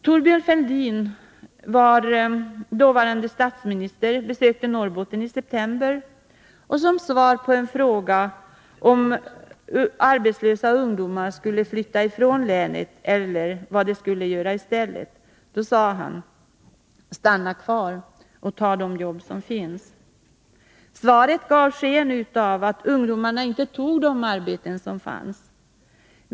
Thorbjörn Fälldin, dåvarande statsminister, besökte Norrbotten i september, och som svar på en fråga om arbetslösa ungdomar skulle flytta från länet eller vad de skulle göra i stället, sade han: Stanna kvar och ta de jobb som finns. Svaret gav sken av att ungdomarna inte tog de arbeten som fanns.